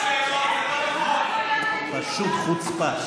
פשוט חוצפה.